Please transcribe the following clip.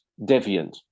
deviant